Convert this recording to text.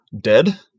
dead